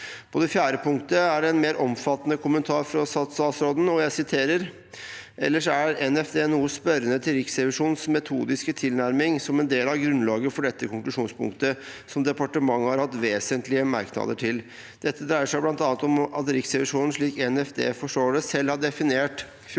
Til det fjerde punktet er det en mer omfattende kommentar fra statsråden: «Ellers er NFD noe spørrende til Riksrevisjonens metodiske tilnærming som en del av grunnlaget for dette konklusjonspunktet, som departementet har hatt vesentlige merknader til. Dette dreier seg blant annet om at Riksrevisjonen slik NFD forstår det selv har definert 14